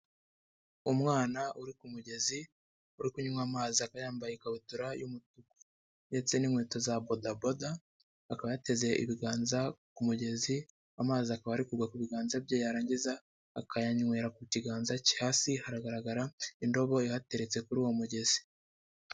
Umwana uri ku mugezi uri kunywa amazi akaba yambaye ikabutura y'umutuku ndetse n'inkweto za bodaboda, akaba yateze ibiganza ku mugezi amazi akaba ari kugwa ku biganza bye yarangiza akayanywera ku kiganza cye, hasi hagaragara indobo ihateretse kuri uwo mugezi.